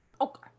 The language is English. Okay